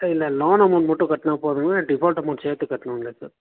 sir இல்லை loan amount மட்டும் கட்டுனா போதுங்களா ஃடீபால்ட் அமௌண்டை சேர்த்து கட்டணங்களா சார்